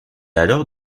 alors